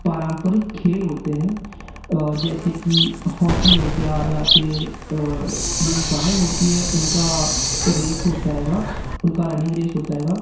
पारम्परिक खेल होते हैं जैसे की हॉकी हो गया या फिर जो गायें होती हैं उनका रेस होता हैगा उनका रनिंग रेस होता हैगा